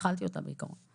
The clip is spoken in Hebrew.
אכלתי אותה בעיקרון.